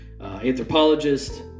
anthropologist